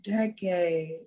decade